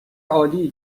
عالی